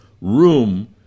room